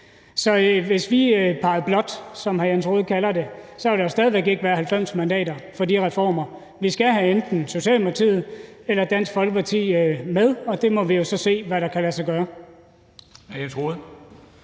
Så hvis vi pegede blåt, som hr. Jens Rohde kalder det, ville der jo stadig væk ikke være 90 mandater for de reformer. Vi skal have enten Socialdemokratiet eller Dansk Folkeparti med, og vi må jo så se, hvad der kan lade sig gøre.